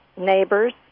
neighbors